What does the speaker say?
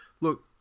look